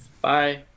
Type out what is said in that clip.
Bye